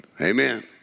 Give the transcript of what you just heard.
Amen